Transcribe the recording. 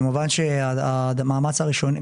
כמובן שהמאמץ הראשוני,